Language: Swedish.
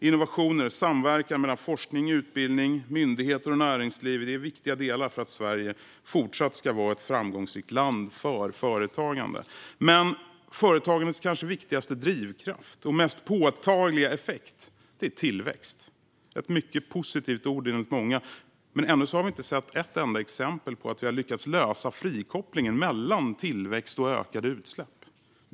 Innovationer och samverkan mellan forskning, utbildning, myndigheter och näringsliv är viktiga delar för att Sverige fortsatt ska vara ett framgångsrikt land för företagande. Men företagandets kanske viktigaste drivkraft och mest påtagliga effekt är tillväxt. Det är enligt många ett mycket positivt ord. Men ännu har vi inte sett ett enda exempel på att vi har lyckats lösa frikopplingen mellan tillväxt och ökade utsläpp.